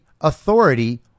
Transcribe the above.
authority